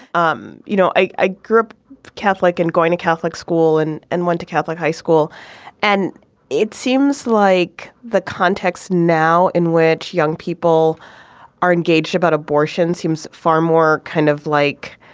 um you know i grew up catholic and going to catholic school and and went to catholic high school and it seems like the context now in which young people are engaged about abortion seems far more kind of like.